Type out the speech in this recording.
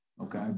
okay